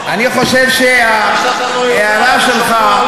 אני רוצה לפנות אליך ולדרוש: תתחילו למשול,